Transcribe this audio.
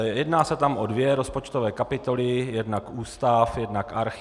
Jedná se tam o dvě rozpočtové kapitoly, jednak ústav, jednak archiv.